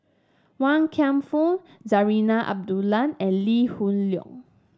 Wan Kam Fook Zarinah Abdullah and Lee Hoon Leong